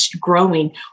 growing